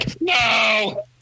No